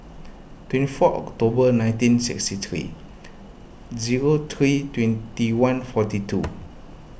twenty four October nineteen sixty three zero three twenty one forty two